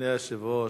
אדוני היושב-ראש,